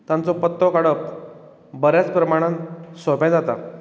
तांचो पत्तो काडप बऱ्याच प्रमाणान सोंपें जाता